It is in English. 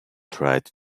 tried